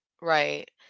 right